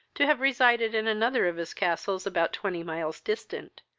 to have resided in another of his castles, about twenty miles distant,